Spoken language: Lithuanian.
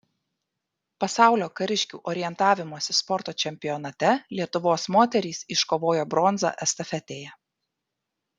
pasaulio kariškių orientavimosi sporto čempionate lietuvos moterys iškovojo bronzą estafetėje